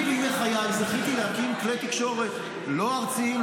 בימי חיי זכיתי להקים כלי תקשורת לא ארציים,